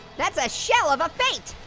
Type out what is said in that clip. that's a shell of a fate.